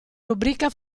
rubrica